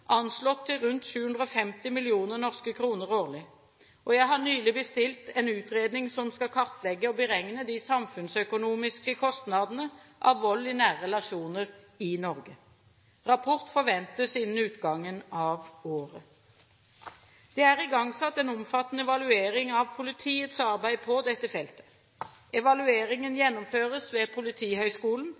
anslått til rundt 750 mill. norske kroner årlig. Jeg har nylig bestilt en utredning som skal kartlegge og beregne de samfunnsøkonomiske kostnadene av vold i nære relasjoner i Norge. Rapport forventes innen utgangen av året. Det er igangsatt en omfattende evaluering av politiets arbeid på dette feltet. Evalueringen gjennomføres ved Politihøgskolen